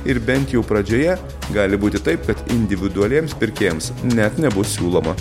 ir bent jau pradžioje gali būti taip kad individualiems pirkėjams net nebus siūloma